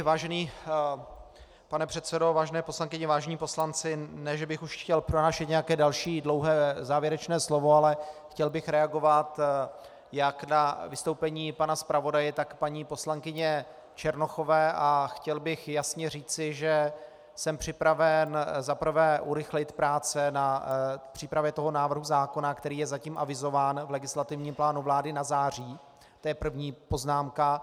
Vážený pane předsedo, vážené poslankyně, vážení poslanci, ne že bych už chtěl pronášet nějaké další dlouhé závěrečné slovo, ale chtěl bych reagovat jak na vystoupení pana zpravodaje, tak paní poslankyně Černochové, a chtěl bych jasně říci, že jsem připraven za prvé urychlit práce na přípravě návrhu zákona, který je zatím avizován v legislativním plánu vlády na září, to je první poznámka.